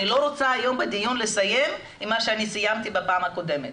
אני לא רוצה היום לסיים את הדיון עם מה שסיימתי בפעם הקודמת.